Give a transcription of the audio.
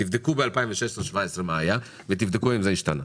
תבדקו מה היה ב-2017-2016, ותבדקו אם זה השתנה.